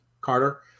Carter